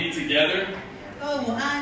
together